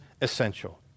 essential